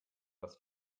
was